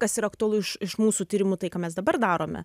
kas yra aktualu iš iš mūsų tyrimų tai ką mes dabar darome